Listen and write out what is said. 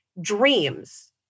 dreams